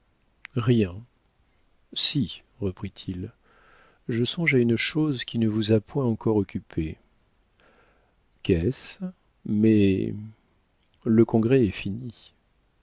rien si reprit-il je songe à une chose qui ne vous a point encore occupée qu'est-ce mais le congrès est fini